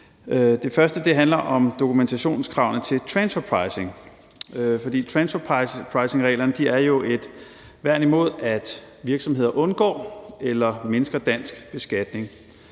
Den første handler om dokumentationskravene til transferpricing, for transfer pricing-reglerne er jo et værn imod, at virksomheder undgår eller mindsker dansk beskatning,